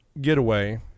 getaway